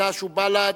חד"ש ובל"ד,